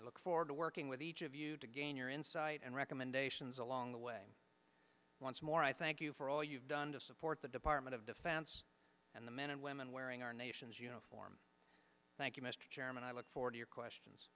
i look forward to working with each of you to gain your insight and recommendations along the way once more i thank you for all you've done to support the department of defense and the men and women wearing our nation's uniform thank you mr chairman i look forward to your questions